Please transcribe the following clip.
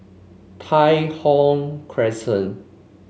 Tai Thong Crescent